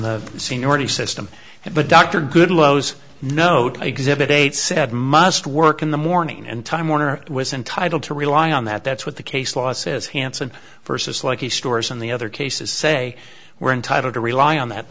the seniority system but dr good lows note exhibit eight said must work in the morning and time warner was entitled to rely on that that's what the case law says hanson versus like the stores on the other cases say we're entitled to rely on that